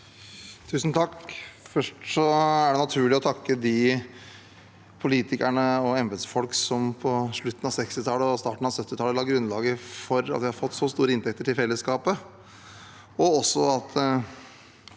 Først er det naturlig å takke de politikerne og embetsfolkene som på slutten av 1960-tallet og starten av 1970-tallet la grunnlaget for at vi har fått så store inntekter til fellesskapet,